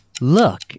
look